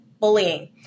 bullying